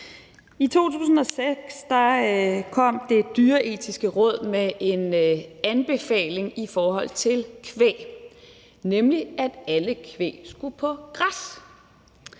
I 2006 kom Det Dyreetiske Råd med en anbefaling i forhold til kvæg, nemlig at alt kvæg skulle på græs.